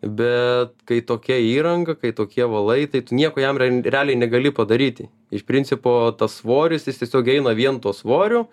bet kai tokia įranga kai tokie valai tai tu nieko jam r realiai negali padaryti iš principo tas svoris jis tiesiog eina vien tuo svoriu